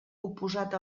oposat